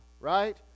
right